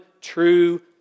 true